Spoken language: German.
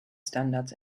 standards